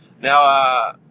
Now